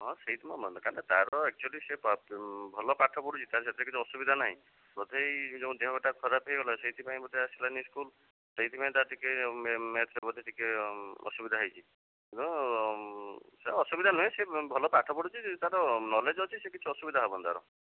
ହଁ ସେଇଥି ମୋ ମନ ତା'ର ତା'ର ଏକ୍ଚୌଲି ସେ ଭଲ ପାଠପଢ଼ୁଛି ତା'ର ସେଥିରେ କିଛି ଅସୁବିଧା ନାଇଁ ବୋଧେ ଏଇ ଯେଉଁ ଦେହଟା ଖରାପ୍ ହେଇଗଲା ସେଇଥିପାଇଁ ବୋଧେ ଆସିଲାଣି ସ୍କୁଲ୍ ସେଇଥିପାଇଁ ତା'ର ଟିକିଏ ମ୍ୟାଥ୍ରେ ବୋଧେ ଟିକିଏ ଅସୁବିଧା ହେଇଛି ର ସିଏ ଅସୁବିଧା ନୁହେଁ ସିଏ ଭଲ ପାଠ ପଢ଼ୁଛି ତା'ର କ୍ନୋଲେଜ୍ ଅଛି ସେ କିଛି ଅସୁବିଧା ହେବନି ତା'ର